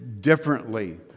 differently